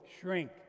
shrink